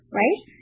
right